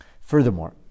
Furthermore